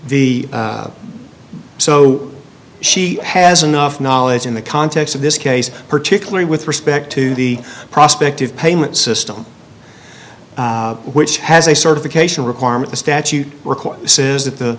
the so she has enough knowledge in the context of this case particularly with respect to the prospect of payment system which has a certification requirements statute says that the